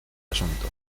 asunto